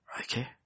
Okay